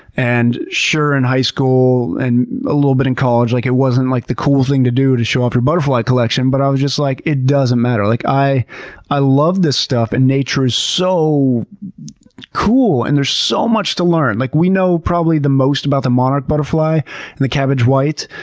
and sure, in high school and a little bit in college like it wasn't like the cool thing to do to show off your butterfly collection, but i was just like, it doesn't matter. like i i love this stuff and nature is so cool and there's so much to learn. like we know probably the most about the monarch butterfly and the cabbage white,